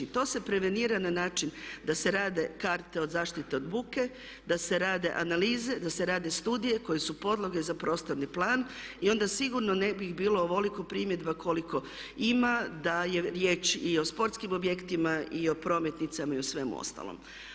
To se prevenira na način da se rade karte od zaštite od buke, da se rade analize, da se rade studije koje su podloge za prostorni plan i onda sigurno ne bi bilo ovoliko primjedba koliko ima da je riječ i o sportskim objektima i o prometnicama i o svemu ostalom.